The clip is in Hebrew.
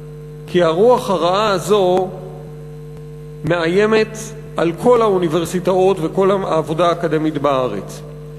כי הרוח הרעה הזו מאיימת על כל האוניברסיטאות וכל העבודה האקדמית בארץ.